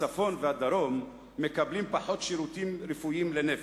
הצפון והדרום מקבלים פחות שירותים רפואיים לנפש.